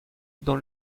dans